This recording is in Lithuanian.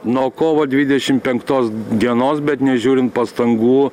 nuo kovo dvidešim penktos dienos bet nežiūrint pastangų